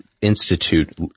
institute